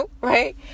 Right